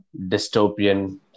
dystopian